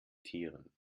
tieren